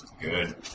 Good